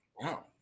wow